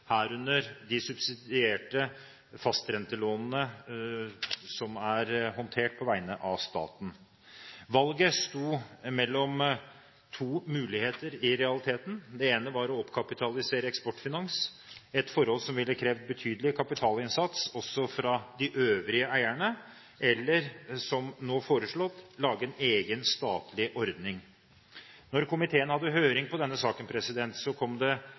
herunder de subsidierte fastrentelånene som er håndtert på vegne av staten. Valget sto i realiteten mellom to muligheter. Den ene var å oppkapitalisere Eksportfinans, et forhold som ville krevd betydelig kapitalinnsats også fra de øvrige eierne, eller som nå foreslått: å lage en egen statlig ordning. Da komiteen hadde høring om denne saken, kom det